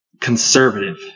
conservative